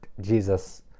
Jesus